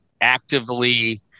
actively